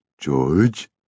George